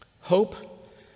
Hope